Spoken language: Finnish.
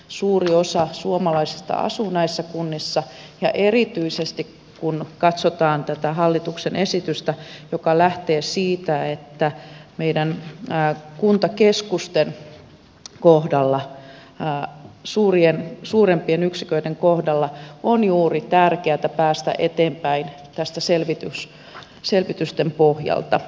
suuri osa suomalaisista asuu näissä kunnissa ja erityisesti kun katsotaan tätä hallituksen esitystä se lähtee siitä että juuri meidän kuntakeskusten kohdalla suurempien yksiköiden kohdalla on tärkeätä päästä eteenpäin selvitysten pohjalta